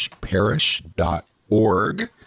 parish.org